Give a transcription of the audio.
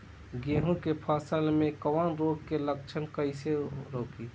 गेहूं के फसल में कवक रोग के लक्षण कईसे रोकी?